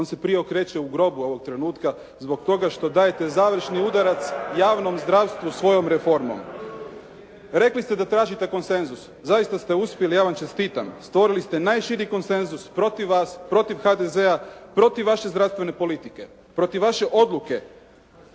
On se prije okreće u grobu ovog trenutka, zbog toga što dajete završni udarac javnom zdravstvu svojom reformom. Rekli ste da tražite konsenzus. Zaista ste uspjeli ja vam čestitam. Stvorili ste najširi konsenzus protiv vas, protiv HDZ-a, protiv vaše zdravstvene politike, protiv vaše odluke,